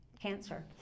cancer